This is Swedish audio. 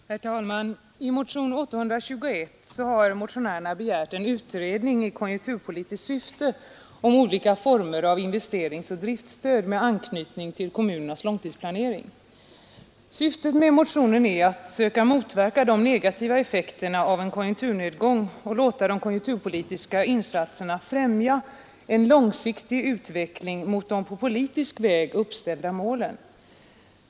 Herr talman! I motionen 821 har motionärerna begärt en utredning i konjunkturpolitiskt syfte om olika former av investeringsoch driftstöd med anknytning till kommunernas långtidsplanering. Syftet med motionen är att söka motverka de negativa effekterna av en konjunkturnedgång och låta de konjunkturpolitiska insatserna främja en långsiktig utveckling mot de på politisk väg uppställda målen.